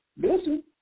listen